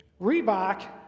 Reebok